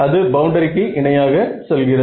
அது பவுண்டரிக்கு இணையாக செல்கிறது